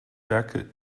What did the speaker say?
werke